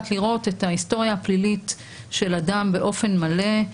לראות את ההיסטוריה הפלילית של אדם באופן מלא,